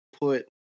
put